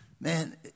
Man